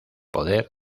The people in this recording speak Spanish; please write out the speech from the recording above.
poder